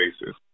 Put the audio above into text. basis